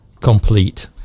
complete